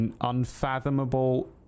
unfathomable